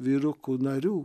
vyrukų narių